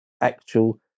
actual